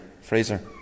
Fraser